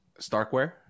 starkware